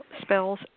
Spells